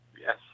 Yes